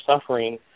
suffering